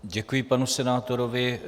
Děkuji panu senátorovi.